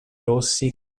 rossi